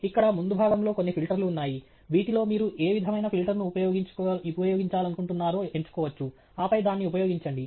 ఇక్కడ ముందు భాగంలో కొన్ని ఫిల్టర్లు ఉన్నాయి వీటిలో మీరు ఏ విధమైన ఫిల్టర్ను ఉపయోగించాలనుకుంటున్నారో ఎంచుకోవచ్చు ఆపై దాన్ని ఉపయోగించండి